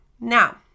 Now